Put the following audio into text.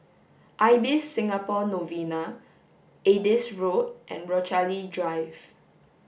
Ibis Singapore Novena Adis Road and Rochalie Drive